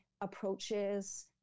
approaches